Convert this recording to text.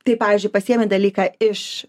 tai pavyzdžiui pasiėmi dalyką iš